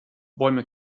bäume